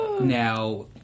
Now